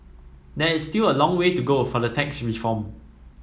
there is still a long way to go for the tax reform